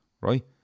Right